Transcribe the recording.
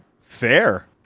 Fair